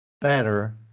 better